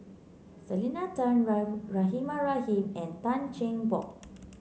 Selena Tan Rahimah Rahim and Tan Cheng Bock